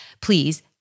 please